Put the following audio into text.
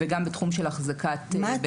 וגם בתחום של אחזקת בהמות בבתי מטבחיים.